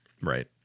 Right